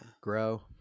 grow